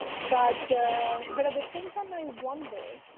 but but at the same time i wonder